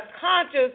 conscious